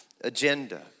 agenda